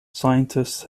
scientists